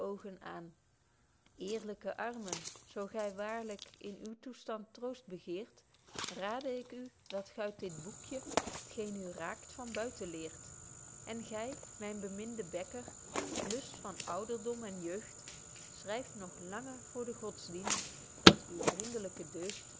eerlyke armen zo gy waarlyk in uw toestand troost begeert rade ik u dat g uit dit boekje t geen u raakt van buiten leert en gy myn beminde bekker lust van ouderdom en jeugd schryf nog lange voor den godsdienst dat uw vriendelyke deugd